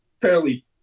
fairly